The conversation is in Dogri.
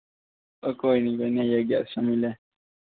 ओह् कोई निं कोई निं आई जाग्गे अस शाम्मी बेल्लै